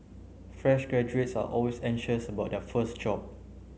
fresh graduates are always anxious about their first job